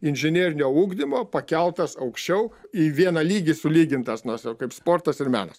inžinerinio ugdymo pakeltas aukščiau į vieną lygį sulygintas nors jau kaip sportas ir menas